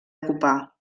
ocupar